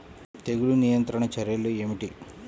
తెగులు నియంత్రణ చర్యలు ఏమిటి?